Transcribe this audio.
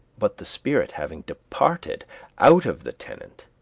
but the spirit having departed out of the tenant,